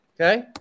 Okay